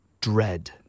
dread